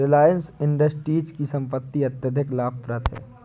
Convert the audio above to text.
रिलायंस इंडस्ट्रीज की संपत्ति अत्यधिक लाभप्रद है